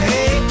Hey